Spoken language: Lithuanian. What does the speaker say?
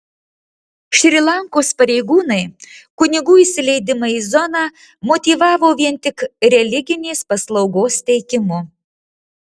šri lankos pareigūnai kunigų įsileidimą į zoną motyvavo vien tik religinės paslaugos teikimu